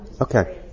Okay